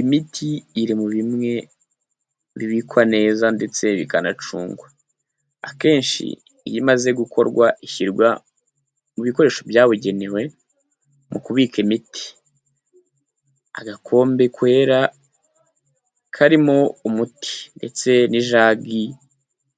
Imiti iri muri bimwe bibikwa neza ndetse bikanacungwa. Akenshi iyo imaze gukorwa ishyirwa mu bikoresho byabugenewe mu kubika imiti. Agakombe kera karimo umuti ndetse n'ijagi